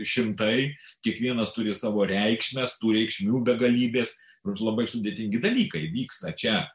šimtai kiekvienas turi savo reikšmes tų reikšmių begalybės žodžiu labai sudėtingi dalykai vyksta čia